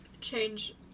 change